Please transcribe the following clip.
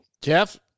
Jeff